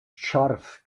scharf